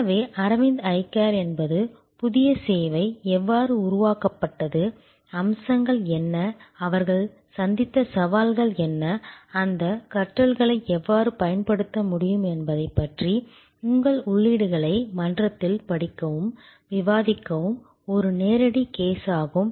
எனவே Aravind eye care என்பது புதிய சேவை எவ்வாறு உருவாக்கப்பட்டது அம்சங்கள் என்ன அவர்கள் சந்தித்த சவால்கள் என்ன அந்த கற்றல்களை எவ்வாறு பயன்படுத்த முடியும் என்பதைப் பற்றிய உங்கள் உள்ளீடுகளை மன்றத்தில் படிக்கவும் விவாதிக்கவும் ஒரு நேரடி கேஸ் ஆகும்